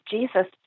Jesus